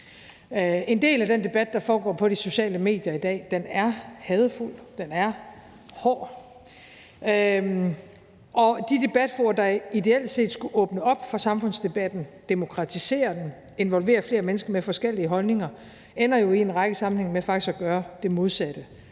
En del af den debat, der foregår på de sociale medier i dag, er hadefuld, og den er hård. Og de debatfora, der ideelt set skulle åbne op for samfundsdebatten, demokratisere den og involvere flere mennesker med forskellige holdninger, ender jo i en række sammenhænge med faktisk at gøre det modsatte,